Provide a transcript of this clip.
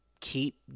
keep